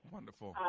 Wonderful